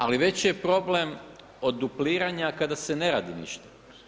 Ali veći je problem od dupliranja kada se ne radi ništa.